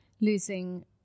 losing